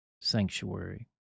sanctuary